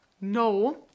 No